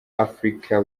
africa